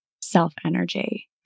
self-energy